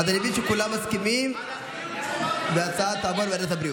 אותם סטודנטים וסטודנטיות לא יודעים מה הם הולכים לעשות בעוד שבועיים,